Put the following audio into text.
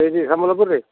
ଏଇଠି ସମ୍ବଲପୁରରେ